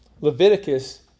Leviticus